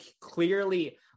clearly